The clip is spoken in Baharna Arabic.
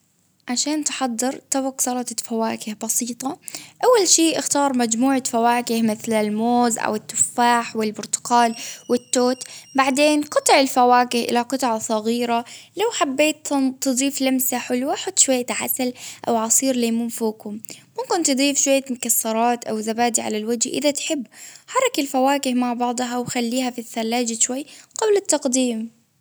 عشان تحضر طبق سلطة فواكه بسيطة، أول شي أختار مجموعة فواكه متل الموز، أو التفاح، والبرتقال والتوت، بعدين قطع الفواكه إلى قطعة صغيرة، لو حبيت تضيف لمسة حلوة حط شوية عسل أو عصير ليمون فوقهم، ممكن تضيف شوية مكسرات أو زبادي على الوجه، إذا تحب حركي الفواكه مع بعضها وخليها في الثلاجة شوي قبل التقديم.